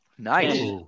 Nice